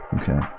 Okay